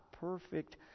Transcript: perfect